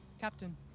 captain